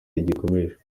rigikomeje